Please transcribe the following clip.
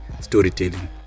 storytelling